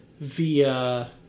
via